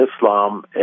Islam